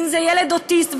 אם זה ילד אוטיסט,